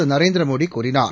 ந நரேந்திரமோடி கூறினார்